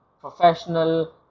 professional